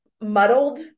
muddled